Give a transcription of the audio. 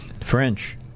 French